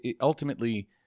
ultimately